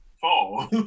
fall